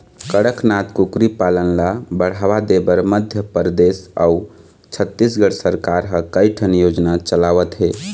कड़कनाथ कुकरी पालन ल बढ़ावा देबर मध्य परदेस अउ छत्तीसगढ़ सरकार ह कइठन योजना चलावत हे